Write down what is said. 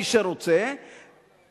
מי שרוצה.